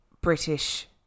British